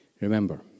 Remember